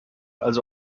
also